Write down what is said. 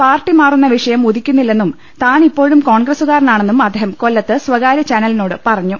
party മാറുന്ന വിഷയം ഉദിക്കുന്നില്ലെന്നും താനിപ്പോഴും കോൺഗ്രസു കാരനാണെന്നും അദ്ദേഹം കൊല്ലത്ത് സ്ഥകാര്യ ചാനലിനോട് പറഞ്ഞു